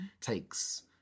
takes